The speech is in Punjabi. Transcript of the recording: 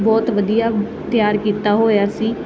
ਬਹੁਤ ਵਧੀਆ ਤਿਆਰ ਕੀਤਾ ਹੋਇਆ ਸੀ